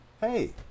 hey